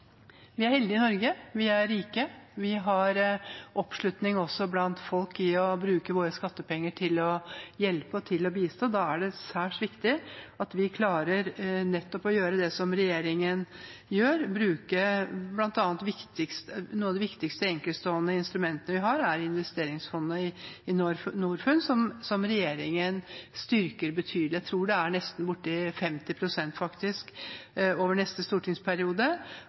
Vi er heldige i Norge. Vi er rike, og vi har oppslutning blant folk om å bruke våre skattepenger til å hjelpe og til å bistå. Da er det særs viktig at vi klarer å gjøre det som regjeringen gjør, bl.a. å bruke et av de viktigste enkeltstående instrumentene vi har, investeringsfondet Norfund, som regjeringen styrker betydelig – jeg tror det er nesten borti 50 pst. over neste stortingsperiode.